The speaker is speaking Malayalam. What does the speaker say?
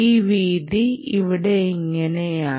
ഈ വീതി ഇവിടെ ഇങ്ങനെയാണ്